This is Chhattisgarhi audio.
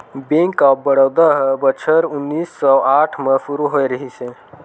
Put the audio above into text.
बेंक ऑफ बड़ौदा ह बछर उन्नीस सौ आठ म सुरू होए रिहिस हे